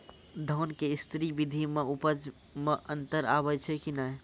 धान के स्री विधि मे उपज मे अन्तर आबै छै कि नैय?